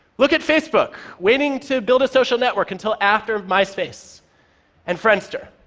look at facebook, waiting to build a social network until after myspace and friendster.